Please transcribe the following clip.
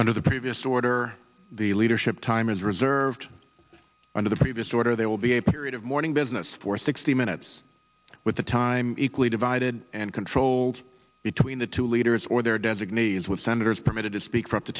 the previous order the leadership time is reserved under the previous order there will be a period of morning business for sixty minutes with the time equally divided and controlled between the two leaders or their designees with senators permitted to speak for up to